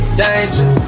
danger